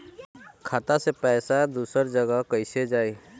खाता से पैसा दूसर जगह कईसे जाई?